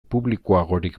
publikoagorik